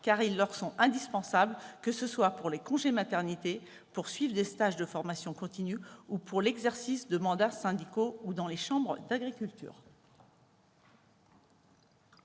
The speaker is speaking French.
car ils leur sont indispensables, que ce soit pour les congés maternité, pour suivre des stages de formation continue ou pour l'exercice de mandats syndicaux ou dans les chambres d'agriculture.